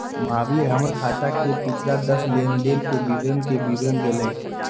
महावीर हमर खाता के पिछला दस लेनदेन के विवरण के विवरण देलय